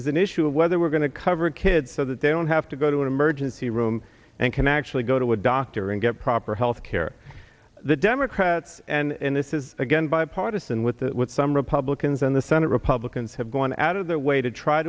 is an issue of whether we're going to cover kids so that they don't have to go to an emergency room and can actually go to a doctor and get proper health care the democrats and this is again bipartisan with some republicans in the senate republicans have gone out of their way to try